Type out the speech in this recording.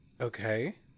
Okay